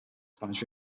spanish